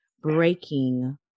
breaking